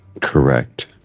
correct